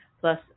plus